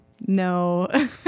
no